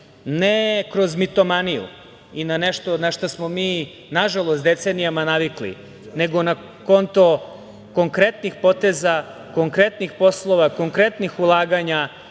ne kroz mitomaniju i na nešto našta smo mi nažalost decenijama navikli, nego na konto konkretnih poteza, konkretnim poslova, konkretnih ulaganja